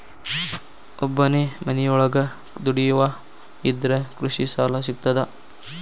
ಒಬ್ಬನೇ ಮನಿಯೊಳಗ ದುಡಿಯುವಾ ಇದ್ರ ಕೃಷಿ ಸಾಲಾ ಸಿಗ್ತದಾ?